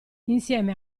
insieme